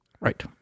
Right